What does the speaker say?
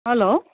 hello